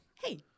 Hey